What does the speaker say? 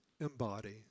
embody